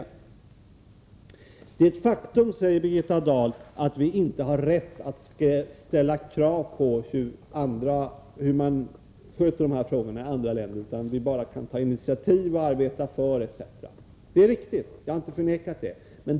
Det är ett faktum, säger Birgitta Dahl, att vi inte har rätt att ställa krav på hur man skall sköta dessa frågor i andra länder. Vi kan bara ”ta initiativ” och ”arbeta för”, etc. Det är riktigt. Jag har inte förnekat detta.